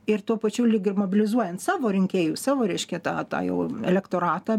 ir tuo pačiu lyg ir mobilizuojant savo rinkėjus savo reiškia tą tą jau elektoratą